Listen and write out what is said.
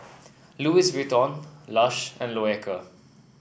Louis Vuitton Lush and Loacker